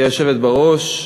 גברתי היושבת בראש,